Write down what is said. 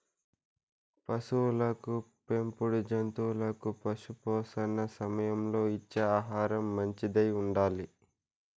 పసులకు పెంపుడు జంతువులకు పశుపోషణ సమయంలో ఇచ్చే ఆహారం మంచిదై ఉండాలి